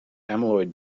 amyloid